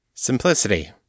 Simplicity